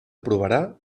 aprovarà